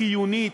חיונית,